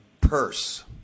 purse